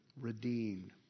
redeemed